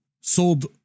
sold